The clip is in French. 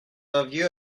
aviez